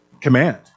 command